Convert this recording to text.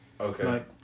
Okay